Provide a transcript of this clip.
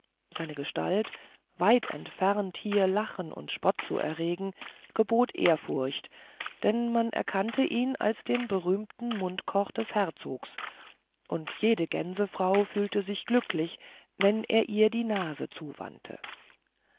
seine gestalt weit entfernt hier lachen und spott zu erregen gebot ehrfurcht denn man erkannte ihn als den berühmten mundkoch des herzogs und jede gänsefrau fühlte sich glücklich wenn er ihr die nase zuwandte